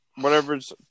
whatever's